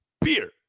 Beer